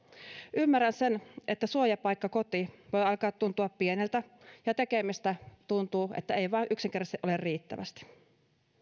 ymmärrän sen että suojapaikka koti voi alkaa tuntua pieneltä ja tuntuu että tekemistä ei vain yksinkertaisesti ole riittävästi